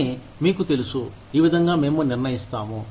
కానీ మీకు తెలుసు ఈ విధంగా మేము నిర్ణఇస్తాము